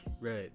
Right